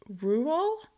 Rural